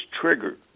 triggered